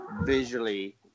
visually